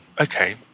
Okay